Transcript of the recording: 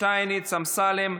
יובל שטייניץ, דוד אמסלם,